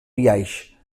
biaix